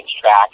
track